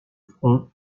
front